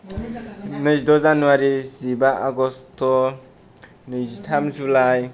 नैजिद' जानुवारी जिबा आगस्ट' नैजिथाम जुलाइ